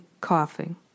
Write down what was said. coughing